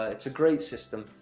ah it's a great system,